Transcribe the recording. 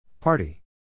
Party